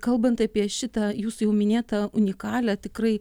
kalbant apie šitą jūsų jau minėtą unikalią tikrai